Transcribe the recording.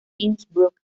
innsbruck